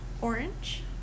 orange